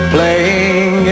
Playing